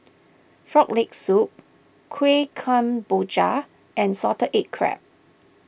Frog Leg Soup Kuih Kemboja and Salted Egg Crab